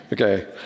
Okay